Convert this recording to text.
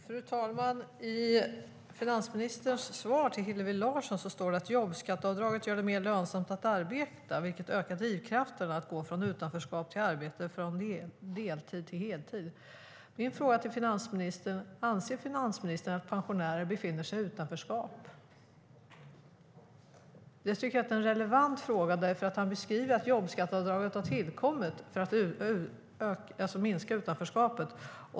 Fru talman! I finansministerns svar till Hillevi Larsson står det att jobbskatteavdraget gör det mer lönsamt att arbeta, vilket ökar drivkrafterna att gå från utanförskap till arbete och från deltid till heltid. Min fråga till finansministern är: Anser finansministern att pensionärer befinner sig i utanförskap? Jag tycker att det är en relevant fråga, för han beskriver att jobbskatteavdraget har tillkommit för att minska utanförskapet.